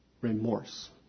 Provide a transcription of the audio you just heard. remorse